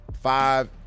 five